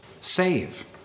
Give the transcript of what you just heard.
save